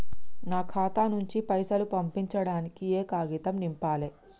నా ఖాతా నుంచి పైసలు పంపించడానికి ఏ కాగితం నింపాలే?